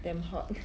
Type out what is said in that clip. damn hot